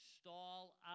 stall